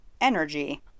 energy